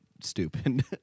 stupid